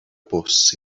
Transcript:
bws